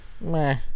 Meh